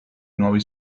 nuovi